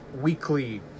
weekly